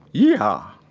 yee-haw